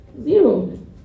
Zero